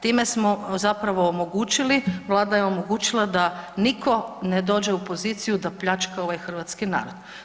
Time smo zapravo omogućili, vlada je omogućila da niko ne dođe u poziciju da pljačka ovaj hrvatski narod.